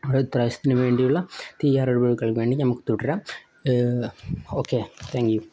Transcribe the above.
അടുത്ത പ്രാവശ്യത്തിന് വേണ്ടിയുള്ള വേണ്ടി നമുക്ക് തുടരാം ഓക്കെ താങ്ക് യൂ